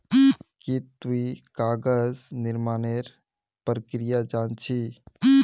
की तुई कागज निर्मानेर प्रक्रिया जान छि